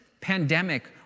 pandemic